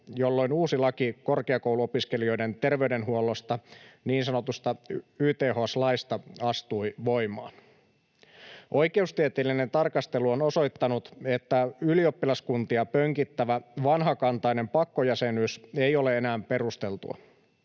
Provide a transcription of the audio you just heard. jolloin uusi laki korkeakouluopiskelijoiden terveydenhuollosta, niin sanottu YTHS-laki, astui voimaan. Oikeustieteellinen tarkastelu on osoittanut, että ylioppilaskuntia pönkittävä vanhakantainen pakkojäsenyys ei ole enää perusteltua.